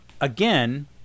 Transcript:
again